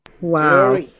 Wow